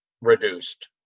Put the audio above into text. reduced